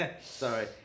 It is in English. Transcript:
sorry